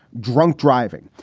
drunk driving.